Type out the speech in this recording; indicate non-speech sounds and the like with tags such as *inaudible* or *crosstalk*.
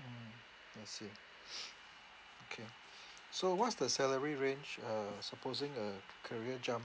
mm I see *noise* okay so what's the salary range uh supposing a career jump